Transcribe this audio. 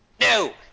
No